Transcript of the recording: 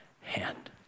hand